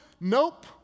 Nope